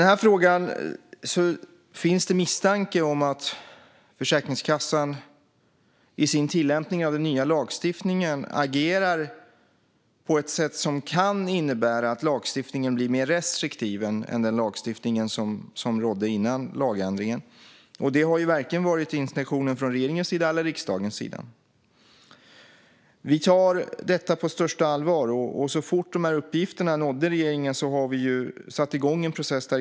I denna fråga finns det misstanke om att Försäkringskassan i sin tillämpning av den nya lagstiftningen agerar på ett sätt som kan innebära att den blir mer restriktiv än den tidigare lagstiftningen, och det är varken regeringens eller riksdagen intention. Vi tar detta på största allvar. Så fort dessa uppgifter nådde regeringen satte vi igång en process.